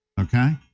Okay